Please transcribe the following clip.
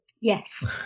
yes